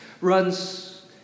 runs